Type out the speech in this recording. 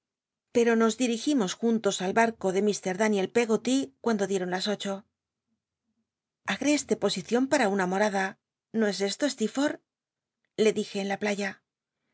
pero nos dirigimos juntos al palco de mr da y cuando dieron las ocho agreste posición para una mojatla no es esto tccjforth le dije en la playa